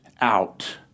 out